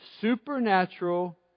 supernatural